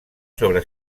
sobre